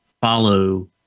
follow